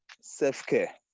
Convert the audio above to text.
Self-care